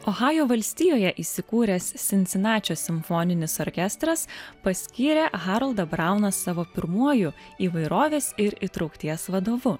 ohajo valstijoje įsikūręs cincinačio simfoninis orkestras paskyrė haroldą brauną savo pirmuoju įvairovės ir įtraukties vadovu